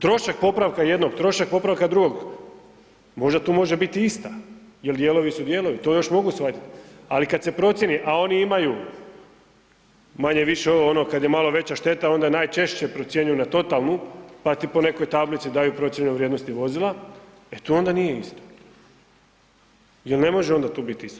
Trošak popravka jednog, trošak popravka drugog možda tu može biti ista jel dijelovi su dijelovi, to još mogu shvatiti, ali kada se procijeni, a oni imaju manje-više kada je malo veća šteta onda najčešće procjenjuju na totalnu pa ti po nekoj tablici daju procijenjenu vrijednost vozila, e tu onda nije isto, jel ne može onda tu biti isto.